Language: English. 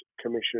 Commission